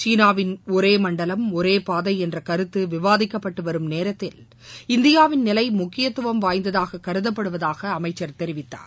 சீனாவின் ஒரே மண்டலம் ஒரே பாதை என்ற கருத்து விவாதிக்கப்பட்டு வரும் நேரத்தில் இந்தியாவின் நிலை முக்கியத்துவம் வாய்ந்ததாக கருதப்படுவதாக அமைச்சர் தெரிவித்தார்